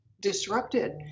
disrupted